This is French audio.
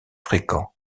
fréquent